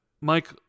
mike